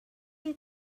you